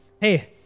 Hey